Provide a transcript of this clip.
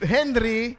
Henry